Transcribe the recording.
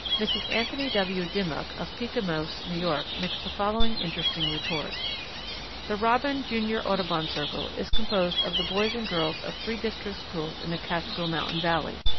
mrs. anthony w. dimock, of peekamose, new york, makes the following interesting report the robin junior audubon circle is composed of the boys and girls of three district schools in a catskill mountain valley.